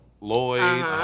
Lloyd